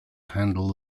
handle